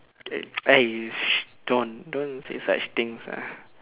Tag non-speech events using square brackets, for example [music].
eh [noise] don't don't say such things lah